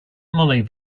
molly